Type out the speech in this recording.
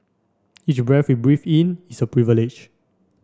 each breath we breathe in is a privilege